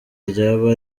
ryaba